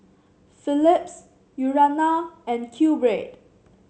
Philips Urana and QBread